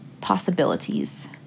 possibilities